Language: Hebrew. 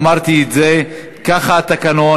אמרתי את זה, ככה התקנון.